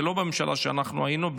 זה לא בממשלה שאנחנו היינו,